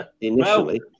initially